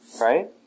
right